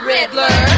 Riddler